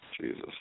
Jesus